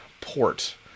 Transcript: port